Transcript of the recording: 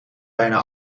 bijna